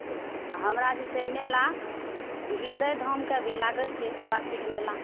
हृदय धाम हमरा जे छै मेला हृदय धामके भी लागैत छै वार्षिक मेला